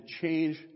change